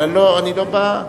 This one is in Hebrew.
אבל אני לא בא,